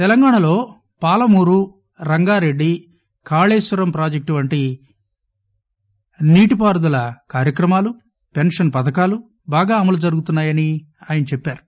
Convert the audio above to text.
తెలంగాణాలోపాలమూరు రంగారెడ్డి కాళేశ్వరంప్రాజెక్టువంటినీరుపారుదలకార్యక్రకమాలు పెన్షన్పథకాలుబాగాఅమలుజరుగుతున్నా యనిఆయనచెప్పారు